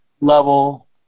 level